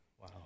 Wow